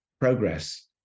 progress